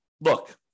look